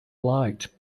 liked